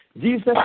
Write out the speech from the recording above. Jesus